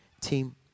team